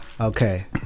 Okay